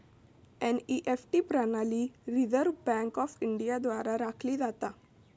NEFT प्रणाली Reserve Bank of India द्वारा राखली जाता